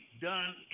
done